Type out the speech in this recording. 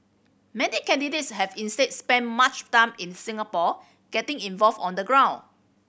many candidates have instead spent much time in Singapore getting involved on the ground